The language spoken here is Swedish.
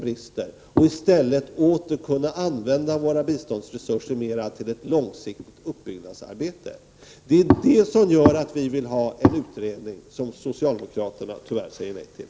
Vi bör i stället åter använda våra biståndsresurser mer till ett långsiktigt uppbyggnadsarbete. Detta är orsaken till att vi vill få till stånd den utredning som socialdemokraterna tyvärr säger nej till.